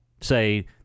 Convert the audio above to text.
say